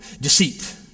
deceit